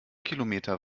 kilometer